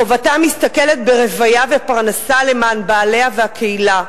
חובתה מסתכמת ברבייה ופרנסה למען בעלה והקהילה.